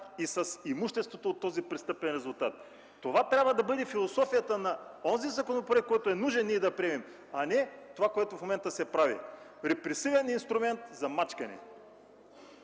и с имуществото от този престъпен резултат. Това трябва да бъде философията на онзи законопроект, който е нужно да приемем, а не това, което в момента се прави – репресивен инструмент за мачкане.